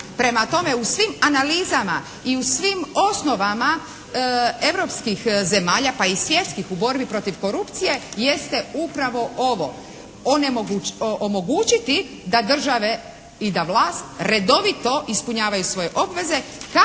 Prema tome u svim analizama i u svim osnovama europskih zemalja pa i svjetskih u borbi protiv korupcije jeste upravo ovo, onemogućiti da države i da vlast redovito ispunjavaju svoje obveze